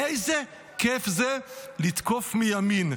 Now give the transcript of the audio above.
איזה כיף זה לתקוף מימין.